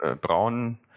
Braun